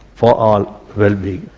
for our wellbeing.